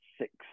six